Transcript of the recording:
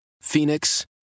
Phoenix